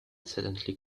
suddenly